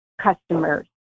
customers